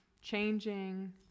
changing